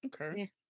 Okay